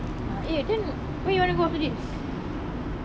ah eh then where you want go after this